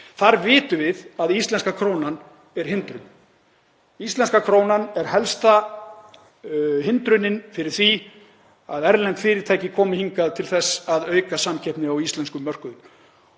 Þar vitum við að íslenska krónan er hindrun. Íslenska krónan er helsta hindrunin fyrir því að erlend fyrirtæki komi hingað til þess að auka samkeppni á íslenskum mörkuðum